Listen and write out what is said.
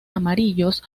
amarillos